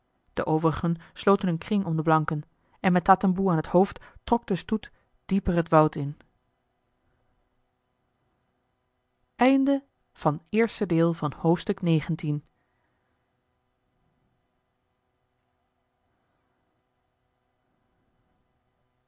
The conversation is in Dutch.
de overigen sloten een kring om de blanken en met tatamboe aan het hoofd trok de stoet dieper het bosch in